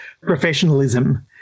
professionalism